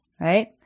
right